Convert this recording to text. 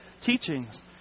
teachings